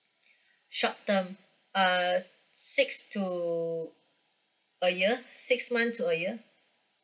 short term err six to a year six months to a year